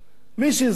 מי שזר,